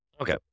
Okay